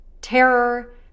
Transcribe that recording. terror